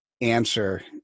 answer